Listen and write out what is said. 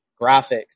graphics